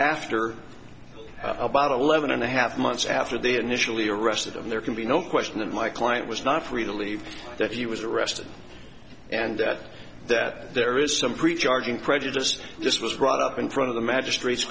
after about a levin and a half months after they initially arrested him there can be no question that my client was not free to leave that he was arrested and that that there is some prejudging prejudice this was brought up in front of the magistr